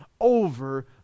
over